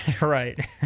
right